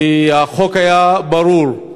החוק היה ברור: